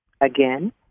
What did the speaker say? Again